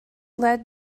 led